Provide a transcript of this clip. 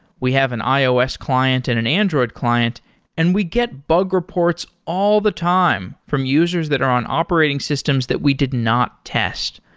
we have an ios client and an android client and we get bug reports all the time from users that are on operating systems that we did not test.